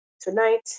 tonight